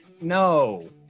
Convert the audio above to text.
no